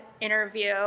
interview